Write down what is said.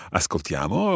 ascoltiamo